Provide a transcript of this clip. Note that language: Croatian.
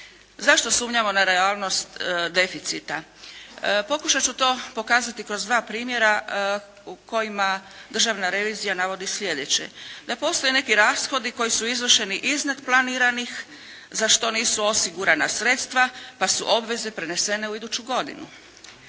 Zašto sumnjamo na realnost deficita? Pokušat ću to pokazati kroz dva primjera u kojima državna revizija navodi sljedeće. Da postoje neki rashodi koji su izvršeni iznad planiranih za što nisu osigurana sredstva, pa su obveze prenesene u iduću godinu.